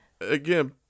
again